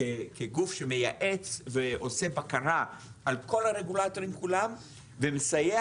כגוף שמייעץ ועושה בקרה על כל הרגולטורים כולם ומסייע